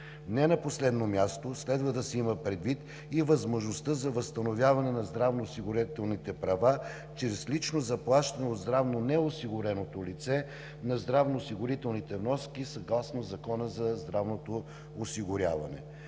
Не на последно място, следва да се има предвид и възможността за възстановяване на здравноосигурителните права чрез лично заплащане от здравно неосигуреното лице на здравноосигурителните вноски съгласно Закона за здравното осигуряване.